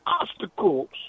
obstacles